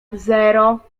zero